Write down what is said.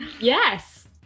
Yes